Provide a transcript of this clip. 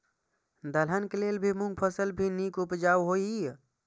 दलहन के लेल भी मूँग फसल भी नीक उपजाऊ होय ईय?